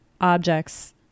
objects